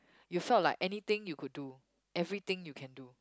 you felt like anything you could do everything you can do